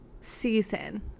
season